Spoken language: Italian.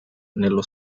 nello